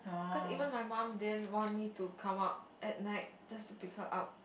cause even my mum didn't want me to come out at night just to pick her up